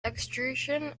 etruscan